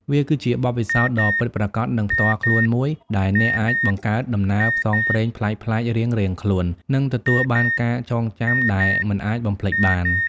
វាគឺជាបទពិសោធន៍ដ៏ពិតប្រាកដ និងផ្ទាល់ខ្លួនមួយ ដែលអ្នកអាចបង្កើតដំណើរផ្សងព្រេងប្លែកៗរៀងៗខ្លួន និងទទួលបានការចងចាំដែលមិនអាចបំភ្លេចបាន។